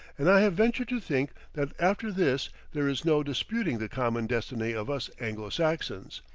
and i have ventured to think that after this there is no disputing the common destiny of us anglo-saxons,